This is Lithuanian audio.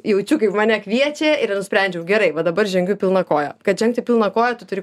jaučiu kaip mane kviečia ir nusprendžiau gerai vat dabar žengiu pilna koja kad žengti pilna koja tu turi